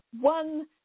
one